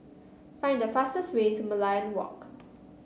find the fastest way to Merlion Walk